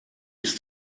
ist